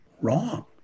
wrong